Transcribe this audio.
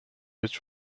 which